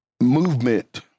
movement